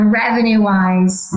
revenue-wise